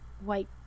white